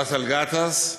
באסל גטאס,